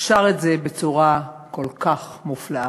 שר את זה בצורה כל כך מופלאה.